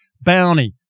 bounty